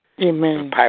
Amen